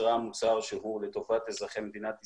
ייצרה מוצר שהוא לטובת אזרחי מדינת ישראל.